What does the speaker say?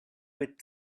with